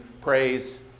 Praise